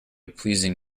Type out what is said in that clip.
pleasing